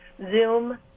zoom